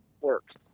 works